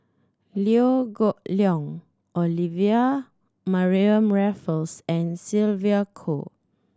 Liew Geok Leong Olivia Mariamne Raffles and Sylvia Kho